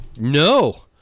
No